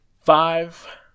five